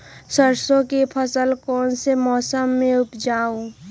सरसों की फसल कौन से मौसम में उपजाए?